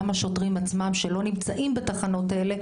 השוטרים עצמם שלא נמצאים בתחנות האלה,